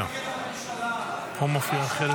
אופיר, אופיר,